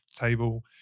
table